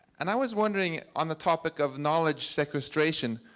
and i was wondering, on the topic of knowledge sequestration,